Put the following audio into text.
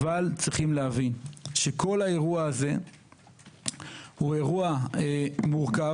אבל צריכים להבין שכל האירוע הזה הוא אירוע מורכב.